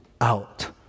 out